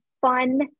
fun